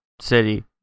city